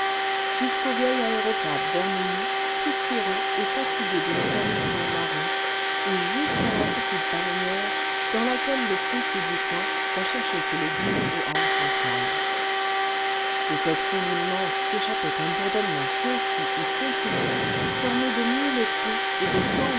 jusqu'au vieil aérocab vermoulu poussiéreux et fatigué des mécaniciens marrons et jusqu'à la petite ballonnière dans laquelle le fruitier du coin va chercher ses légumes aux halles centrales de cette foule immense s'échappait un bourdonnement confus et continu formé de mille cris et de